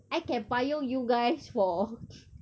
I can payung you guys for